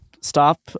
stop